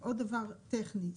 עוד דבר טכני.